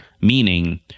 Meaning